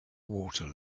water